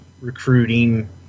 recruiting